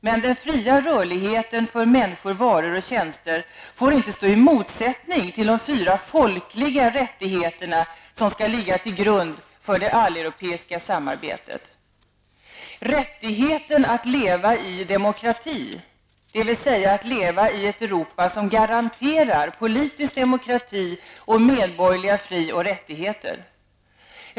Men den fria rörligheten för människor, varor och tjänster får inte stå i motsättning till de fyra folkliga rättigheter som skall ligga till grund för det alleuropeiska samarbetet: Rättigheten att leva i demokrati, dvs. att leva i ett Europa som garanterar politisk demokrati och medborgerliga fri och rättigheter.